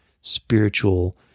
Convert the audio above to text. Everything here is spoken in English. spiritual